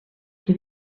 que